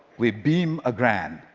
we beam a gran.